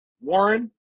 Warren